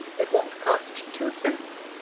it won't cost two cents.